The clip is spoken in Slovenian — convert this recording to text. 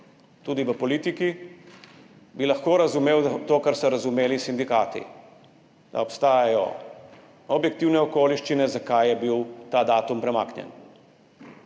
tudi v politiki, bi lahko razumel to, kar so razumeli sindikati – da obstajajo objektivne okoliščine, zakaj je bil ta datum premaknjen.